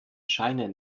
scheine